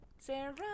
Sarah